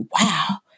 wow